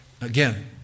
Again